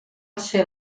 ser